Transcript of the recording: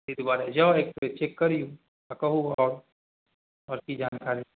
ताहि दुआरे जाउ एकबेर चेक करिऔ आओर कहू आओर आओर कि जानकारी